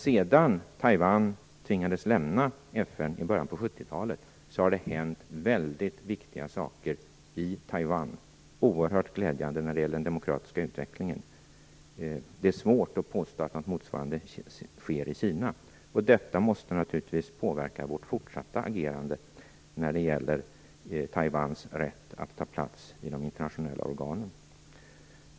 Sedan Taiwan tvingades lämna FN i början av 70 talet har det hänt väldigt viktiga saker i Taiwan, som är oerhört glädjande när det gäller den demokratiska utvecklingen. Det är svårt att påstå att något motsvarande sker i Kina. Detta måste naturligtvis påverka vårt fortsatta agerande när det gäller Taiwans rätt att ta plats i de internationella organen.